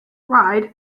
ryde